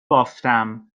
بافتم